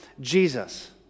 Jesus